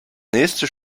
nächste